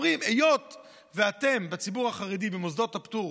אומרים: היות שאתם, הציבור החרדי, במוסדות הפטור